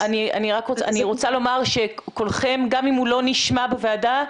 אני רק רוצה לומר שקולכם גם אם הוא לא נשמע בוועדה,